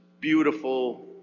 beautiful